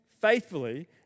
faithfully